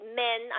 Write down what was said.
men